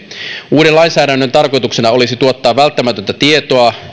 uuden lainsäädännön tarkoituksena olisi tuottaa välttämätöntä tietoa